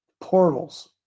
Portals